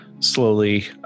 slowly